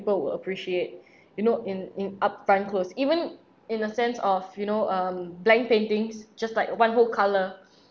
people will appreciate you know in in upfront close even in a sense of you know um blank paintings just like one whole colour